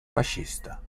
fascista